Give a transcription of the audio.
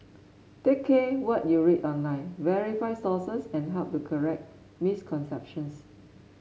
take care what you read online verify sources and help to correct misconceptions